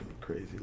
crazy